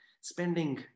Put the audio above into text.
spending